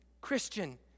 Christian